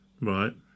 right